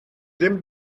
ddim